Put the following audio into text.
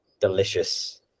delicious